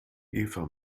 eva